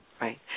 right